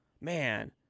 Man